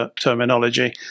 terminology